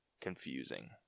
confusing